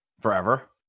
forever